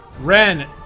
Ren